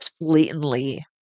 blatantly